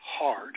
hard